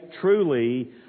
Truly